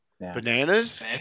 Bananas